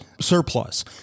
surplus